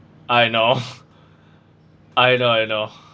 I know I know I know